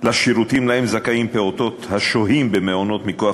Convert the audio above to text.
לשירותים שלהם זכאים פעוטות השוהים במעונות מכוח